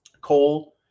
Coal